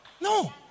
no